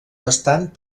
bastant